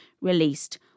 released